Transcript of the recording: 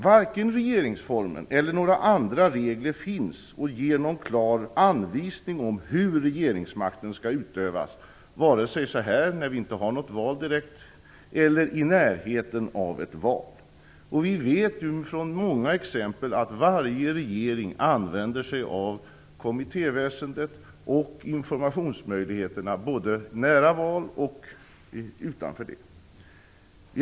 Varken regeringsformen eller några andra regler ger någon klar anvisning om hur regeringsmakten skall utövas, vare sig nu när vi inte direkt står inför ett val eller vid ett nära förestående val. Det finns ju många exempel på att varje regering använder sig av kommittéväsendet och informationsmöjligheterna både inför val och i andra sammanhang.